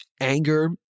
anger